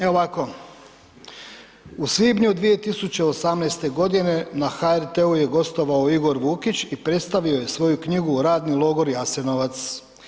Evo ovako, u svibnju 2018. godine na HRT-u je gostovao Igor Vukić i predstavio je svoju knjigu Radni logor Jasenovac.